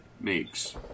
makes